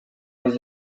was